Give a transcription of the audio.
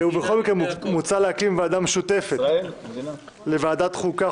ובכל מקרה מוצע להקים ועדה משותפת לוועדת החוקה,